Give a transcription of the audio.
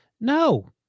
no